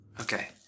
Okay